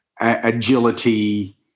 agility